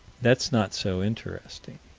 that's not so interesting.